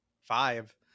five